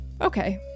Okay